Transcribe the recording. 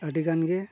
ᱟᱹᱰᱤᱜᱟᱱ ᱜᱮ